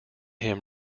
him